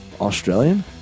australian